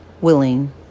willing